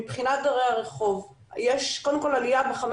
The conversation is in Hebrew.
מבחינת דיירי הרחוב יש קודם כול עליה בחמש